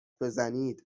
بزنید